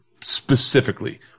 specifically